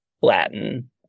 Latin